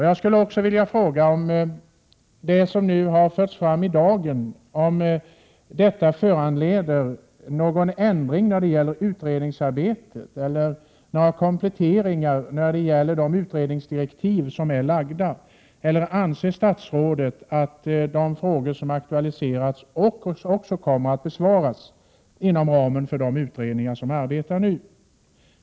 Jag skulle också vilja fråga om det som nu har förts fram i debatten föranleder någon ändring i utredningsarbetet eller några kompletteringar i de utredningsdirektiv som har givits, eller om statsrådet anser att de frågor som aktualiserats också kommer att besvaras inom ramen för de utredningar som nu arbetar.